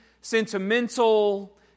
sentimental